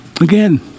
again